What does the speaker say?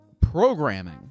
programming